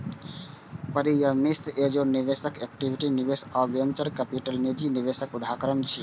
परिजन या मित्र, एंजेल निवेशक, इक्विटी निवेशक आ वेंचर कैपिटल निजी निवेशक उदाहरण छियै